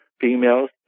Females